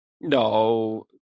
No